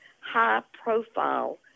high-profile